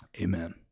Amen